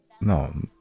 No